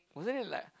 wasn't it like